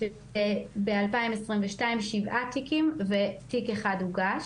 ב-2022 שבעה תיקים ותיק אחד הוגש,